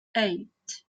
eight